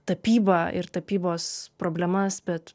tapybą ir tapybos problemas bet